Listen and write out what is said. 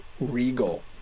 regal